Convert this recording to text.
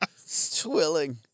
Twilling